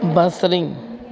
बसरी